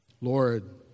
Lord